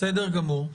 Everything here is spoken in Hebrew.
בסדר גמור.